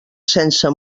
sense